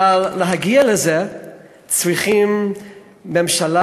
אבל כדי להגיע לזה צריכים ממשלה,